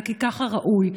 כי כך ראוי,